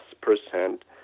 percent